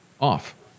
off